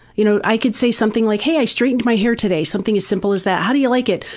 you know i can say something like, hey i straightened my hair today. something as simple as that. how do you like it?